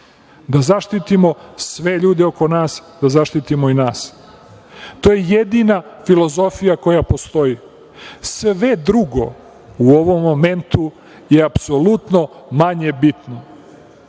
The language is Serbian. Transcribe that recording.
da zaštitimo sve ljude oko nas, da zaštitimo i nas. To je jedina filozofija koja postoji. Sve drugo u ovom momentu je apsolutno manje